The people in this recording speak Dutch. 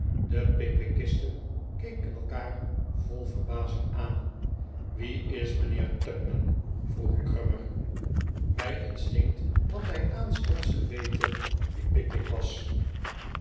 de pickwickisten keken elkaar vol verbazing aan wie is mijnheer tupman vroeg grummer bij instinct had hij aanstonds geweten wie pickwick was